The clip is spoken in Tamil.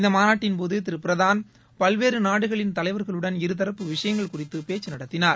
இந்த மாநாட்டின்போது திரு பிரதான் பல்வேறு நாடுகளின் தலைவர்களுடன் இருதரப்பு விஷயங்கள் குறித்து பேச்சு நடத்தினார்